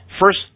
first